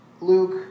Luke